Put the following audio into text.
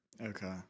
Okay